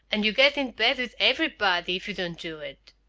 and you get in bad with everybody if you don't do it.